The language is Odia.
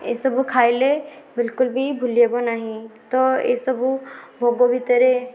ଏସବୁ ଖାଇଲେ ବିଲକୁଲ୍ ବି ଭୁଲି ହେବ ନାହିଁ ତ ଏସବୁ ଭୋଗ ଭିତରେ